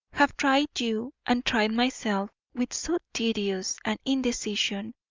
have tried you and tried myself with so tedious an indecision,